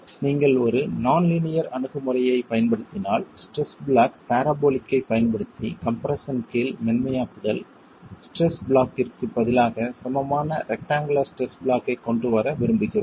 எனவே நீங்கள் ஒரு நான் லீனியர் அணுகுமுறையைப் பயன்படுத்தினால் ஸ்ட்ரெஸ் பிளாக் பாராபோலிக் ஐப் பயன்படுத்தி கம்ப்ரெஸ்ஸன் கீழ் மென்மையாக்குதல் ஸ்ட்ரெஸ் பிளாக்ற்கு பதிலாக சமமான ரெக்ட்டாங்குலர் ஸ்ட்ரெஸ் பிளாக் ஐக் கொண்டு வர விரும்புகிறோம்